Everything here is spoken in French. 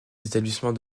établissements